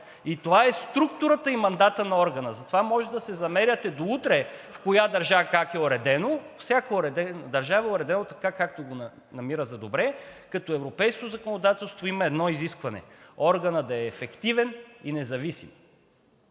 И това е структурата и мандатът на органа. Затова можете да се замеряте до утре в коя държава как е уредено, във всяка държава е уредено така, както го намира за добре, като европейското законодателство има едно изискване – органът да е ефективен и независим.